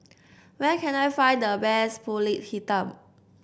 where can I find the best pulut Hitam